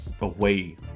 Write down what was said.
away